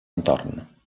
entorn